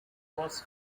has